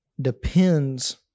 depends